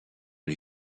les